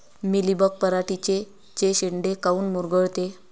Mealybug पराटीचे चे शेंडे काऊन मुरगळते?